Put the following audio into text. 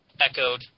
Echoed